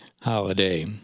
holiday